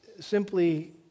simply